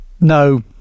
no